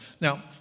Now